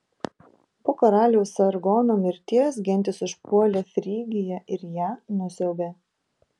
po karaliaus sargono mirties gentys užpuolė frygiją ir ją nusiaubė